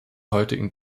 heutigen